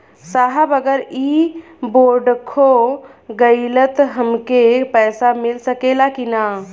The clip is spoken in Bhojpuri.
साहब अगर इ बोडखो गईलतऽ हमके पैसा मिल सकेला की ना?